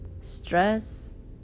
Stress